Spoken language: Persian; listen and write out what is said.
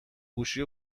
گوشی